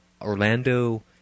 Orlando